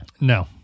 No